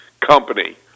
company